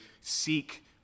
seek